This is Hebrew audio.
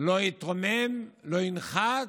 לא יתרומם, לא ינחת,